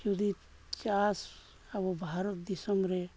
ᱡᱩᱫᱤ ᱪᱟᱥ ᱟᱵᱚ ᱵᱷᱟᱨᱚᱛ ᱫᱤᱥᱚᱢ ᱨᱮ